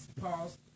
pause